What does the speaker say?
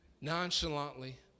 Nonchalantly